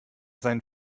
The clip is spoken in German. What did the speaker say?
seinen